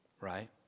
right